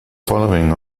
following